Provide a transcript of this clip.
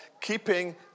keeping